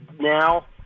now